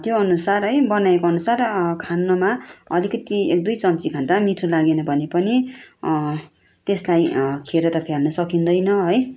त्योअनुसार है बनाएकोअनुसार खानुमा अलिकति एक दुई चम्ची खाँदा मिठो लागेन भने पनि त्यसलाई खेरो त फाल्नु सकिँदैन है